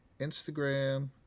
Instagram